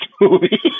movie